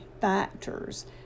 factors